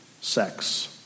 sex